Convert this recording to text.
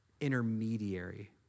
intermediary